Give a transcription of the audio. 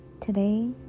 today